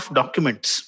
documents